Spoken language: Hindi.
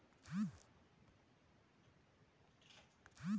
ज़्यादा आर्द्रता गन्ने की फसल को कैसे प्रभावित करेगी?